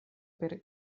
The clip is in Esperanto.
per